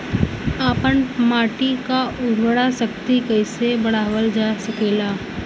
आपन माटी क उर्वरा शक्ति कइसे बढ़ावल जा सकेला?